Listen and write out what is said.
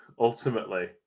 Ultimately